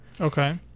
Okay